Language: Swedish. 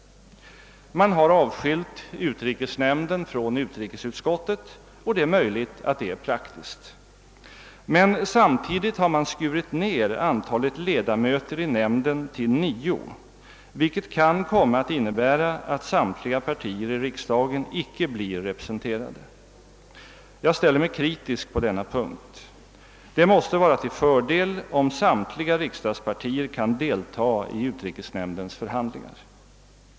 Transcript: Man har avskilt utrikesnämnden från utrikesutskottet, och det är möjligt att det är praktiskt. Men samtidigt har man skurit ned antalet ledamöter i nämnden till nio, vilket kan komma att innebära att samtliga partier i riksdagen icke blir representerade. Jag ställer mig kritisk på denna punkt. Det är till fördel om samtliga riksdagspartier kan delta i utrikesnämndens förhandlingar.